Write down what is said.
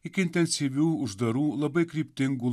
iki intensyvių uždarų labai kryptingų